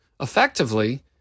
effectively